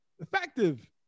effective